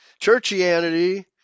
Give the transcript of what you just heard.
churchianity